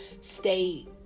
stay